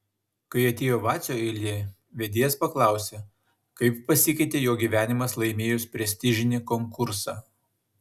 kai atėjo vacio eilė vedėjas paklausė kaip pasikeitė jo gyvenimas laimėjus prestižinį konkursą